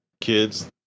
kids